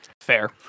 Fair